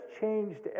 changed